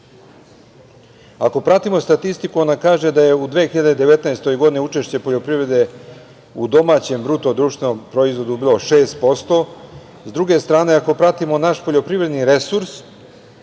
pratimo statistiku, ona kaže da je u 2019. godini učešće poljoprivrede u domaćem BDP bilo 6%. S druge strane, ako pratimo naš poljoprivredni resurs